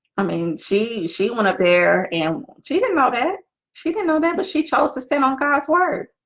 i mean she she went up there and she didn't know that she didn't know that but she chose to stay on god's word